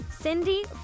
Cindy